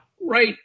right